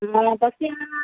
महोदया तस्य